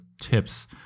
tips